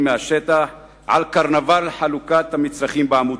מהשטח על קרנבל חלוקת המצרכים בעמותות.